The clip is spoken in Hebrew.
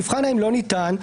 תבחן האם לא ניתן,